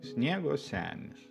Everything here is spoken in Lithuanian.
sniego senis